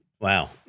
wow